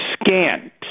scant